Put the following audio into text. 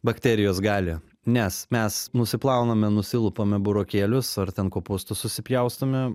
bakterijos gali nes mes nusiplauname nusilupame burokėlius ar ten kopūstus susipjaustome